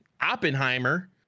Oppenheimer